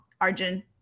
Arjun